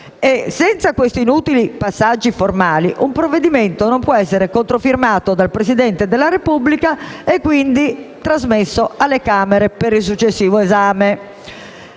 Senza questi inutili passaggi formali un provvedimento non può essere controfirmato dal Presidente della Repubblica e, quindi, trasmesso alle Camere per il successivo esame.